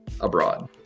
abroad